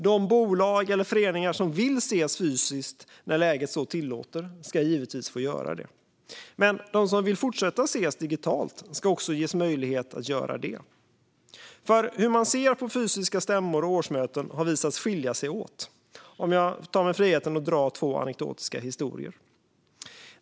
De bolag eller föreningar som vill ses fysiskt när läget så tillåter ska givetvis få göra det. Men de som vill fortsätta att ses digitalt ska också ges möjlighet att göra det. Hur man ser på fysiska stämmor och årsmöten har visat sig skilja sig åt. Förlängning av de tillfälliga åtgärderna för att underlätta genomförandet av bolags och förenings-stämmor Jag tar mig friheten att dra två anekdotiska historier.